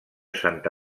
santa